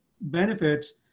benefits